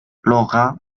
laura